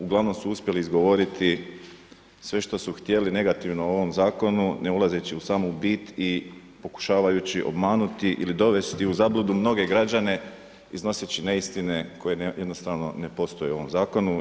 Uglavnom su uspjeli izgovoriti sve što su htjeli negativno u ovom zakonu, ne ulazeći u samu biti i pokušavajući obmanuti ili dovesti u zabludu mnoge građane iznoseći neistine koje jednostavno ne postoje u ovom zakonu.